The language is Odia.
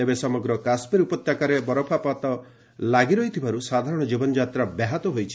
ତେବେ ସମଗ୍ର କାଶ୍ମୀର ଉପତ୍ୟକାରେ ବରଫପାତ ଲାଗି ରହିଥିବାରୁ ସାଧାରଣ ଜୀବନଯାତ୍ରା ବ୍ୟାହତ ହୋଇଛି